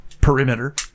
Perimeter